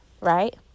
right